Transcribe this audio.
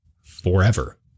forever